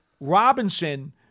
Robinson